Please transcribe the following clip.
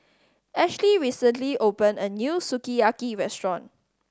Ahleigh recently opened a new Sukiyaki Restaurant